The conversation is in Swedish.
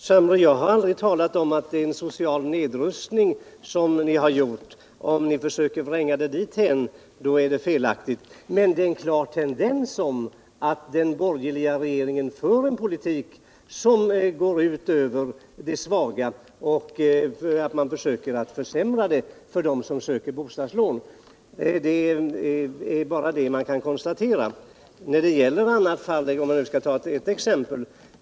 Herr talman! Jag har aldrig sagt att det är en social nedrustning ni har gjort, herr Carlshamre. Det är felaktigt att försöka vränga det dithän. Men detta är en klar tendens till en politik som går ut över de svaga. Den borgerliga regeringen försöker försämra förhållandena för dem som söker bostadslån. Det är bara det man kan konstatera. Låt mig ta ett exempel.